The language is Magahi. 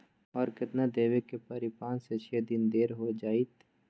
और केतना देब के परी पाँच से छे दिन देर हो जाई त?